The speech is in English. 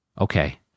Okay